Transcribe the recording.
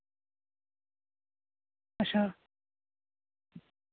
अच्छा